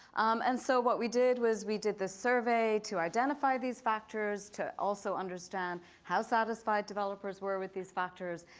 and so what we did was we did the survey to identify these factors, to also understand how satisfied developers were with these factors,